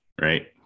right